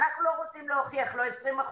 אנחנו לא צריכים להוכיח לא 20%,